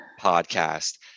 podcast